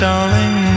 Darling